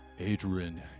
Adrian